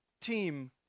team